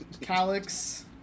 Calyx